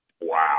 Wow